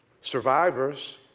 survivors